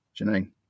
Janine